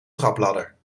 trapladder